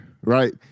right